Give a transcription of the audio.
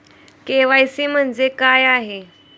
KYC म्हणजे काय आहे?